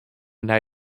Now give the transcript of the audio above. nei